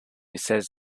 says